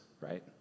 right